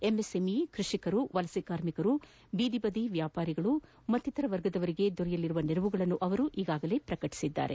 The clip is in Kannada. ಎಂಎಸ್ಎಂಇ ಕೃಷಿಕರು ವಲಸೆ ಕಾರ್ಮಿಕರು ಬೀದಿಬದಿ ವ್ಯಾಪಾರಿಗಳು ಮತ್ತಿತರ ವರ್ಗದವರಿಗೆ ದೊರೆಯಲಿರುವ ನೆರವುಗಳನ್ನು ಅವರು ಈಗಾಗಲೇ ಪ್ರಕಟಿಸಿದ್ದಾರೆ